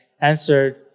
answered